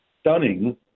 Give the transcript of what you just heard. stunning